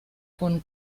von